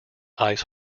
ice